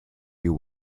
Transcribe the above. you